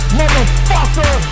motherfucker